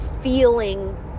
feeling